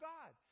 God